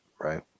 Right